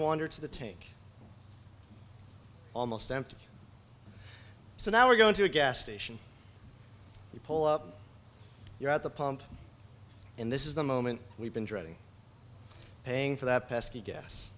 wander to the tank almost empty so now we're going to a gas station you pull up you're at the pump and this is the moment we've been dreading paying for that pesky guess